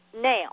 Now